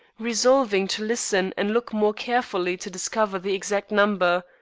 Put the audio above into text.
resolving to listen and look more carefully to discover the exact number.